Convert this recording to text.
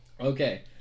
Okay